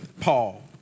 Paul